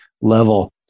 level